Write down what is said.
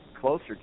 closer